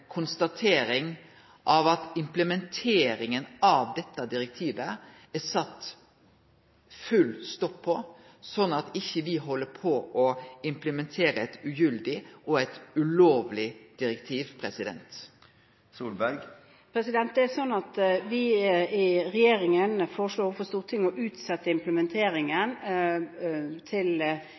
konstatering av at det er satt full stopp på implementeringa av dette direktivet, sånn at vi ikkje held på med å implementere eit ugyldig og ulovleg direktiv? Vi i regjeringen foreslo overfor Stortinget å utsette implementeringen til